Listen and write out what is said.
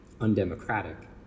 undemocratic